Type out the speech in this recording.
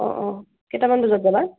অঁ অঁ কেইটামান বজাত যাবা